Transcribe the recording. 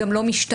גם לא משתמע,